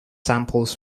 samples